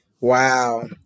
Wow